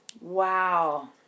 wow